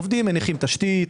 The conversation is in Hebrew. עובדים, מניחים תשתית.